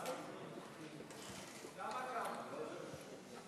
זה באמת לא עניין פוליטי.